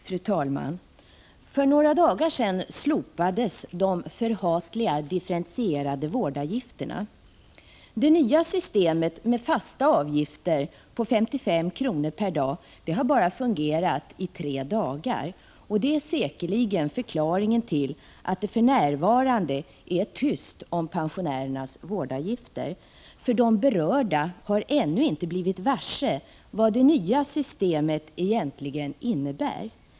Fru talman! För några dagar sedan slopades de förhatliga differentierade vårdavgifterna. Det nya systemet med fasta avgifter på 55 kr. per dag har bara fungerat i tre dagar. Det är säkerligen förklaringen till att det för närvarande är tyst om pensionärernas vårdavgifter. De berörda har ännu inte blivit varse vad det nya systemet egentligen innebär.